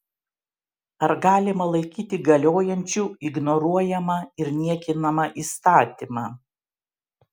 ar galima laikyti galiojančiu ignoruojamą ir niekinamą įstatymą